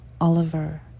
Oliver